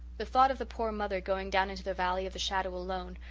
the thought of the poor mother going down into the valley of the shadow alone,